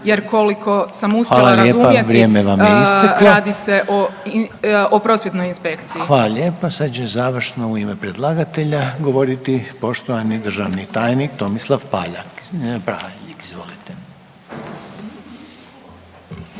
Željko (HDZ)** Hvala lijepo. Vrijeme vam je isteklo. Hvala lijepa. Sad će završno u ime predlagatelja govoriti poštovani državni tajnik Tomislav Paljak.